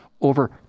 over